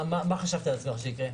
מה הוא חשב לעצמו שיקרה?